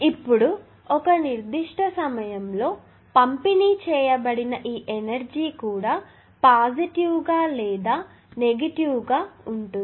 ఇప్పుడు ఒక నిర్దిష్ట సమయంలో పంపిణీ చేయబడిన ఈ ఎనర్జీ కూడా పాజిటివ్ గా లేదా నెగిటివ్ గా ఉంటుంది